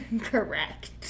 Correct